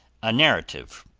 a narrative,